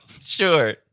Sure